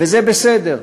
וזה בסדר.